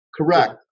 Correct